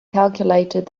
calculated